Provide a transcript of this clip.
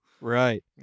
Right